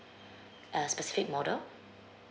uh specific model